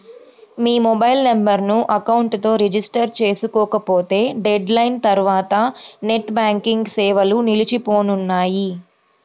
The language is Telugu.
మీ మొబైల్ నెంబర్ను అకౌంట్ తో రిజిస్టర్ చేసుకోకపోతే డెడ్ లైన్ తర్వాత నెట్ బ్యాంకింగ్ సేవలు నిలిచిపోనున్నాయి